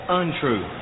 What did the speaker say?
untrue